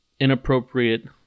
inappropriate